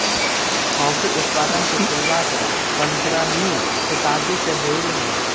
coffee उत्पादन की शुरुआत पंद्रहवी शताब्दी में होलई